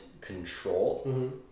control